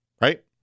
Right